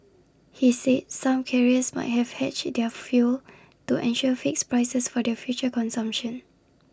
he said some carriers might have hedged their fuel to ensure fixed prices for their future consumption